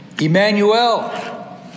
Emmanuel